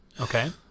okay